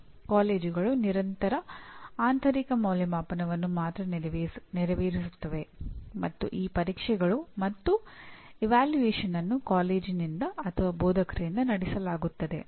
ಕಾಲೇಜುಗಳು ನಿರಂತರ ಆಂತರಿಕ ಮೌಲ್ಯಅಂಕಣವನ್ನು ಮಾತ್ರ ನೆರವೇರಿಸುತ್ತವೆ ಮತ್ತು ಈ ಪರೀಕ್ಷೆಗಳು ಮತ್ತು ಮೌಲ್ಯಅಂಕಣವನ್ನು ಕಾಲೇಜಿನಿಂದ ಅಥವಾ ಬೋಧಕರಿಂದ ನಡೆಸಲಾಗುತ್ತದೆ